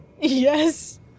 Yes